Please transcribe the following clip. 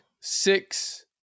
six